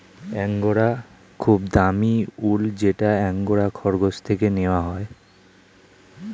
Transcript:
angora খুবই দামি উল যেটা অ্যাঙ্গোরা খরগোশ থেকে নেওয়া হয়